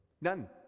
None